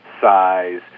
size